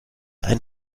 ein